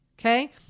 okay